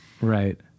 Right